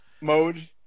mode